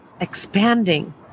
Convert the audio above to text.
expanding